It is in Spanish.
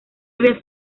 había